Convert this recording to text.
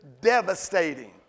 devastating